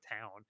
town